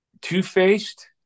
Two-faced